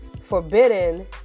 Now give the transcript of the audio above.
Forbidden